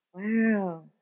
Wow